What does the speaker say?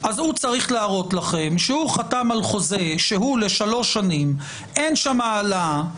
אז הוא צריך להראות לכם שהוא חתם על חוזה לשלוש שנים ושאין שם העלאה.